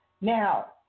Now